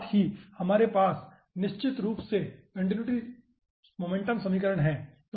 साथ ही हमारे पास निश्चित रूप से कंटीन्यूटी मोमेंटम समीकरण है